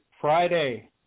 Friday